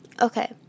Okay